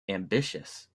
ambitious